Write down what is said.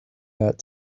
that